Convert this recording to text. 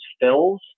fills